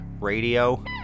radio